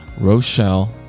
Rochelle